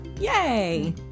Yay